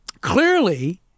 Clearly